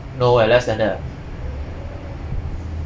no eh less than that